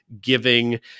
giving